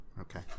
okay